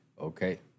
Okay